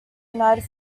united